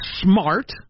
smart